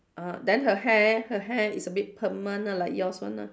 err then her hair her hair is a bit perm one ah like yours one ah